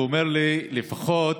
הוא אומר לי: לפחות